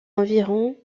environ